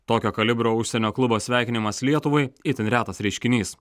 tokio kalibro užsienio klubo sveikinimas lietuvai itin retas reiškinys